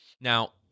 Now